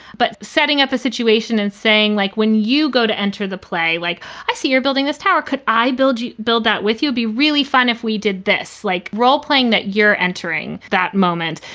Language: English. but setting up a situation and saying, like, when you go to enter the play, like i see you're building this tower, could i build build that with you would be really fun if we did this, like, role playing that you're entering that moment.